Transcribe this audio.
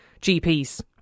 GPs